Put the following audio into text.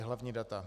Hlavní data.